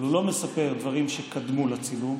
אבל הוא לא מספר דברים שקדמו לצילום,